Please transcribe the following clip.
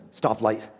stoplight